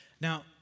Now